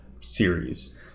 series